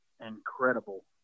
incredible